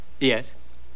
Yes